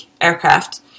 aircraft